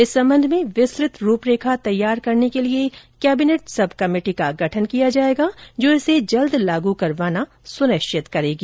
इस संबंध में विस्तृत रूपरेखा तैयार करने के लिए कैबिनेट सब कमेटी का गठन किया जाएगा जो इसे जल्द लागू करवाना सुनिश्चित करेगी